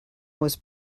was